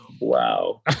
wow